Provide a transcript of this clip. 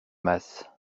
masse